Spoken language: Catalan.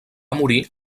morir